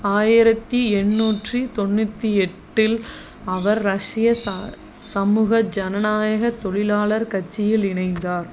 ஆயிரத்தி எண்ணூற்றி தொண்ணூற்றி எட்டில் அவர் ரஷ்ய ச சமூக ஜனநாயக தொழிலாளர் கட்சியில் இணைந்தார்